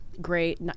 Great